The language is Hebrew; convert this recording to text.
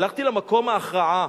הלכתי למקום ההכרעה.